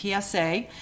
PSA